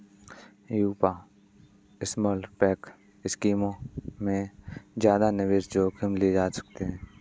युवा स्मॉलकैप स्कीमों में ज्यादा निवेश जोखिम ले सकते हैं